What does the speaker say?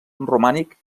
romànic